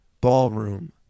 ballroom